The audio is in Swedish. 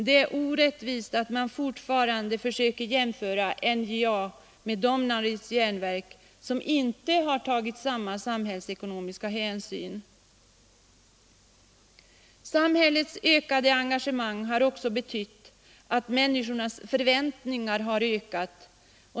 Det är orättvist att man fortfarande försöker jämföra NJA med Domnarvets järnverk som inte tagit samma samhällsekonomiska hänsyn. : Samhällets ökade engagemang har också betytt att människornas förväntningar har ökat.